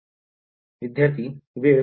विध्यार्थी वेळ २५